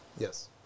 Yes